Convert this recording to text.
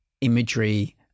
imagery